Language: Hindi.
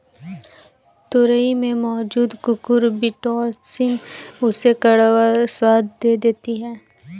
तोरई में मौजूद कुकुरबिटॉसिन उसे कड़वा स्वाद दे देती है